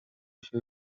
się